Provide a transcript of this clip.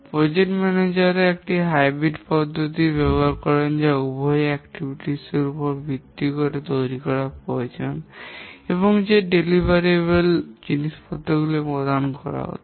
প্রকল্প ম্যানেজাররা একটি হাইব্রিড পদ্ধতির ব্যবহারও করেন যা উভয়ই কার্যক্রম র উপর ভিত্তি করে তৈরি করা প্রয়োজন এবং যে বিতরণযোগ্য জিনিসগুলি প্রদান করা হত